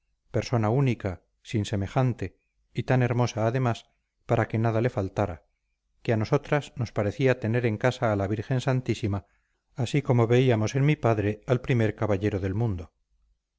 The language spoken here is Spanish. persona única sin semejante y tan hermosa además para que nada le faltara que a nosotras nos parecía tener en casa a la virgen santísima así como veíamos en mi padre al primer caballero del mundo